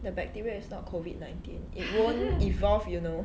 the bacteria is not COVID nineteen it won't evolve you know